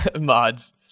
mods